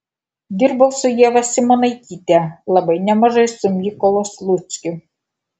dirbau su ieva simonaityte labai nemažai su mykolu sluckiu